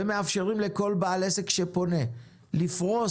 ומאפשרים לכל בעל עסק שפונה לפרוס